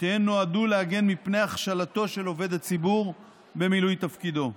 שתיהן נועדו להגן מפני הכשלתו של עובד הציבור במילוי תפקידו.